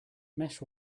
mesh